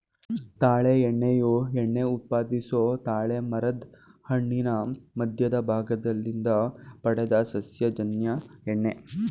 ತಾಳೆ ಎಣ್ಣೆಯು ಎಣ್ಣೆ ಉತ್ಪಾದಿಸೊ ತಾಳೆಮರದ್ ಹಣ್ಣಿನ ಮಧ್ಯದ ಭಾಗದಿಂದ ಪಡೆದ ಸಸ್ಯಜನ್ಯ ಎಣ್ಣೆ